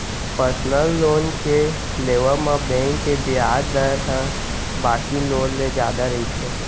personal loan के लेवब म बेंक के बियाज दर ह बाकी लोन ले जादा रहिथे